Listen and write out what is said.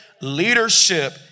Leadership